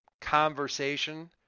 conversation